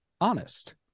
honest